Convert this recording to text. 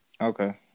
Okay